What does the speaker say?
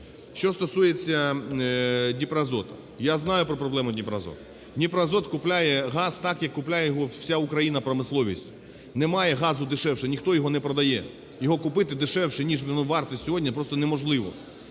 Що стосується "Дніпроазоту". Я знаю про проблему "Дніпроазоту". "Дніпроазот" купує газ так, як купує його вся Україна, промисловість. Немає газу дешевше. Ніхто його не продає. Його купити дешевше, ніж воно варте сьогодні, просто неможливо.